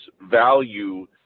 value